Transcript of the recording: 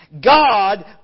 God